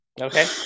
Okay